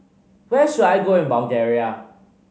where should I go in Bulgaria